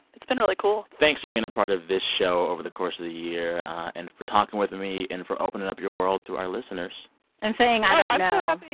it's been really cool thanks for being a part of this show over the course of the year and for talking with me and for opening up your world to our listeners and saying i don't know.